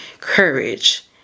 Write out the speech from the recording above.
courage